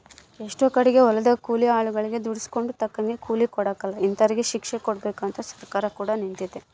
ಎಷ್ಟೊ ಕಡಿಗೆ ಹೊಲದಗ ಕೂಲಿ ಆಳುಗಳಗೆ ದುಡಿಸಿಕೊಂಡು ತಕ್ಕಂಗ ಕೂಲಿ ಕೊಡಕಲ ಇಂತರಿಗೆ ಶಿಕ್ಷೆಕೊಡಬಕು ಅಂತ ಸರ್ಕಾರ ಕೂಡ ನಿಂತಿತೆ